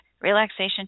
relaxation